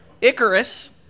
Icarus